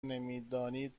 نمیدانید